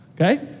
Okay